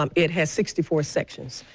um it has sixty four sections,